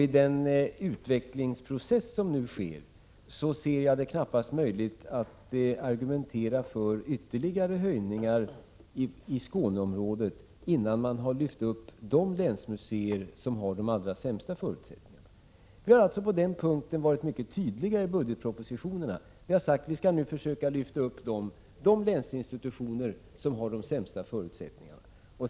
I den utvecklingsprocess som nu pågår anser jag det knappast möjligt att argumentera för några ytterligare höjningar i Skåneområdet, innan man har lyft upp de länsmuseer som har de allra sämsta förutsättningarna. Vi har alltså på den punkten varit mycket tydliga i budgetpropositionerna. Vi har sagt att vi nu skall försöka lyfta upp de länsinstitutioner som har de sämsta förutsättningarna.